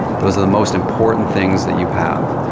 those are the most important things that you have.